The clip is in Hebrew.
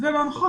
זה לא נכון,